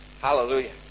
Hallelujah